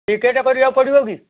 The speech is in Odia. ଟିକେଟ୍ କରିବାକୁ ପଡ଼ିବ କି